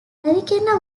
avicenna